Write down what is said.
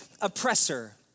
oppressor